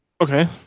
Okay